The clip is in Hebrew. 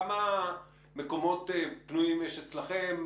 כמה מקומות פנויים יש אצלכם?